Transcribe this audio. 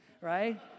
right